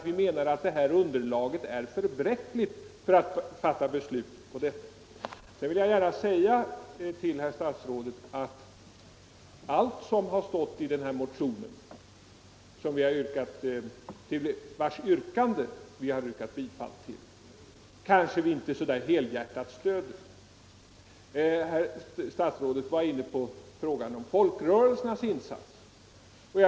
Vi menar nämligen att underlaget är för bräckligt för att ligga till grund för ett beslut. Sedan vill jag gärna säga till herr statsrådet att jag personligen inte helhjärtat stöder allt som står i den motion vars yrkande vi har biträtt. Statsrådet tog upp frågan om folkrörelsernas insatser.